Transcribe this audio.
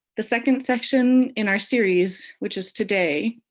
the second session in our series, which is today,